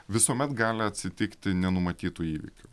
visuomet gali atsitikti nenumatytų įvykių